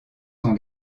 son